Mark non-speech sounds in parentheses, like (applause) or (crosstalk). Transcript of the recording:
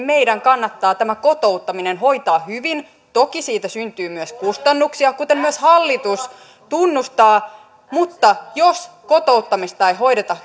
(unintelligible) meidän kannattaa tämä kotouttaminen hoitaa hyvin toki siitä syntyy myös kustannuksia kuten myös hallitus tunnustaa mutta jos kotouttamista ei hoideta (unintelligible)